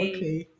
Okay